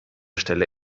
stelle